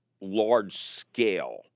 large-scale